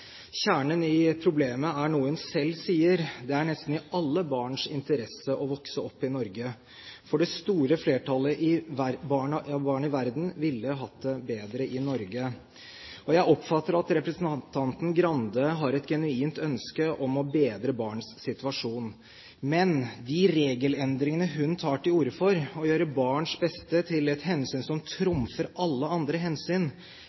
noe hun selv sier: Det er nesten i alle barns interesse å vokse opp i Norge, for det store flertall av barn i verden ville hatt det bedre i Norge. Jeg oppfatter at representanten Skei Grande har et genuint ønske om å bedre barns situasjon. Men de regelendringene hun tar til orde for, å gjøre barns beste til et hensyn som trumfer alle andre hensyn,